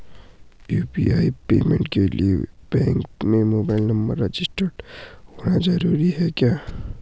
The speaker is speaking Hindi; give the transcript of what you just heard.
यु.पी.आई पेमेंट के लिए बैंक में मोबाइल नंबर रजिस्टर्ड होना जरूरी है क्या?